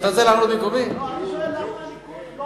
אני שואל, למה הליכוד לא עונה?